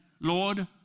Lord